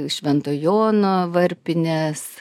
švento jono varpinės